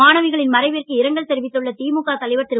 மாணவிகள் மறைவிற்கு இரங்கல் தெரிவித்துள்ள திமுக தலைவர் திரு